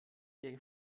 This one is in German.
ihr